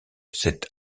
cette